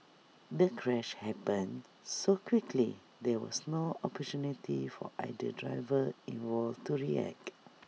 the crash happened so quickly there was no opportunity for either driver involved to react